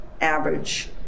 average